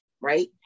right